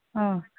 ꯑꯥ